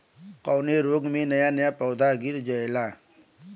कवने रोग में नया नया पौधा गिर जयेला?